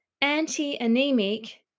anti-anemic